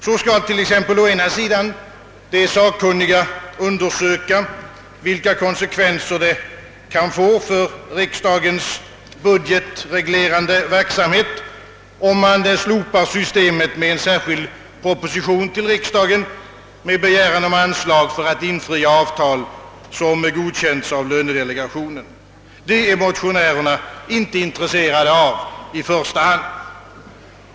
Så t.ex. skall de sakkunniga å ena sidan undersöka, vilka konsekvenser det kan få för riksdagens budsgetreglerande verksamhet, om man slopar systemet med en särskild proposition till riksdagen med begäran om anslag för att infria avtal som godkänts av lönedelegationen. Det är motionärerna inte i första hand intresserade av.